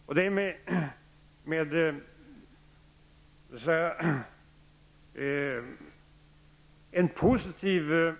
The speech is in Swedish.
Småföretagen och underleverantörerna har mottagit programmen på detta område med en positiv